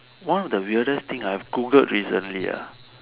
one of the weirdest thing I've Googled recently ah